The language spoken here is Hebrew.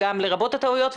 לרבות הטעויות,